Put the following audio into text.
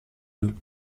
deux